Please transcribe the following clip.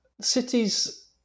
cities